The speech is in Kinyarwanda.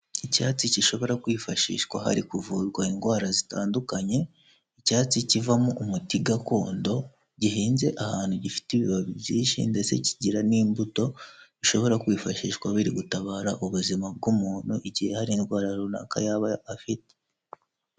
Icyatsi kishobora kwifashishwa hari kuvurwa indwara zitandukanye, icyatsi kivamo umuti gakondo gihinze ahantu gifite ibibabi byinshi ndetse kigira n'imbuto bishobora kwifashishwa biri gutabara ubuzima bw'umuntu igihe hari indwara runaka yaba afite.